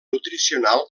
nutricional